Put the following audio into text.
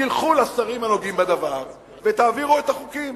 תלכו לשרים הנוגעים בדבר ותעבירו את החוקים.